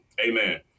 amen